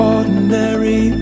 Ordinary